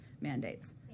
mandates